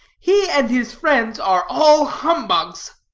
he and his friends are all humbugs.